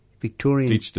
Victorian